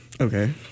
Okay